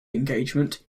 engagement